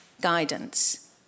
guidance